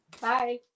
bye